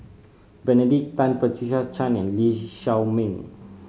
Benedict Tan Patricia Chan and Lee Shao Meng